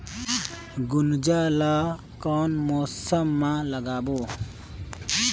गुनजा ला कोन मौसम मा लगाबो?